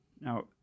Now